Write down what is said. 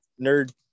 nerd